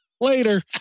Later